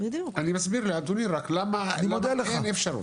אני מסביר לאדוני רק למה אין אפשרות.